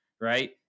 right